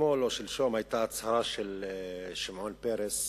אתמול או שלשום היתה הצהרה של שמעון פרס